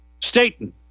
Staten